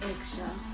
extra